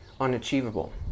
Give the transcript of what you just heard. unachievable